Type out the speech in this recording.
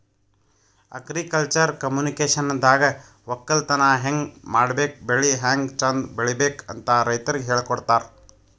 agriculture ಕಮ್ಯುನಿಕೇಷನ್ದಾಗ ವಕ್ಕಲತನ್ ಹೆಂಗ್ ಮಾಡ್ಬೇಕ್ ಬೆಳಿ ಹ್ಯಾಂಗ್ ಚಂದ್ ಬೆಳಿಬೇಕ್ ಅಂತ್ ರೈತರಿಗ್ ಹೇಳ್ಕೊಡ್ತಾರ್